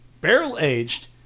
barrel-aged